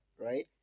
Right